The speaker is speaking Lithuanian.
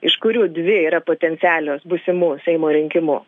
iš kurių dvi yra potencialios būsimų seimo rinkimų